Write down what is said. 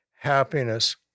happiness